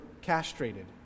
castrated